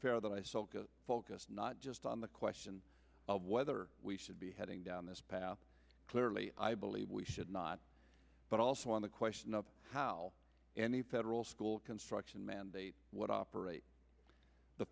fair that i focus not just on the question of whether we should be heading down this path clearly i believe we should not but also on the question of how any federal school construction mandate what operates the